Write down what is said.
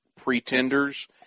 pretenders